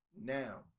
Now